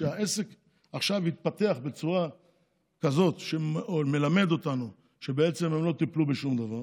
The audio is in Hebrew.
כשהעסק עכשיו התפתח בצורה כזאת שמלמדת אותנו שבעצם הם לא טיפלו בשום דבר